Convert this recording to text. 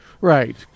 right